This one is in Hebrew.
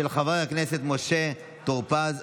של חבר הכנסת משה טור פז,